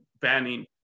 banning